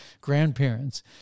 grandparents